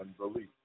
unbelief